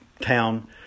town